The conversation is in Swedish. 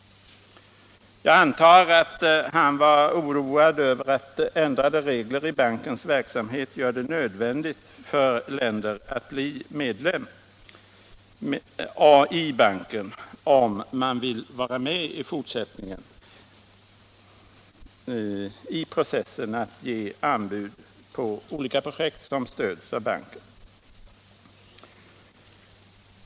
Jag antar att han var oroad över att ändrade regler i bankens verksamhet gör det nödvändigt för länder att bli medlemmar i banken, om de vill vara med i fortsättningen och ge anbud på olika projekt som stöds av banken.